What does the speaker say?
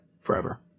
forever